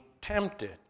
tempted